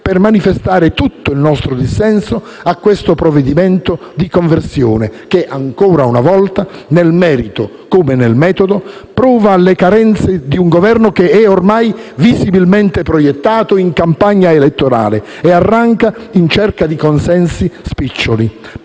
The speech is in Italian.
per manifestare tutto il nostro dissenso a questo provvedimento di conversione, che ancora una volta, nel merito come nel metodo, prova le carenze di un Governo che è ormai visibilmente proiettato in campagna elettorale e che arranca in cerca di consensi spiccioli,